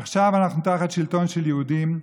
עכשיו אנחנו תחת שלטון של יהודים,